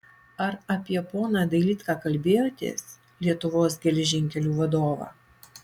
ar apie poną dailydką kalbėjotės lietuvos geležinkelių vadovą